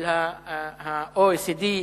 של ה-OECD,